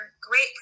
great